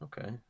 okay